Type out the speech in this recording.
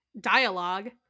Dialogue